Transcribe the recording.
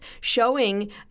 showing